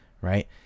right